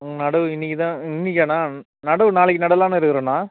ம் நடவு இன்னிக்குதான் இன்றைக்காண்ணா நடவு நாளைக்கு நடலான்னு இருக்கிறோண்ணா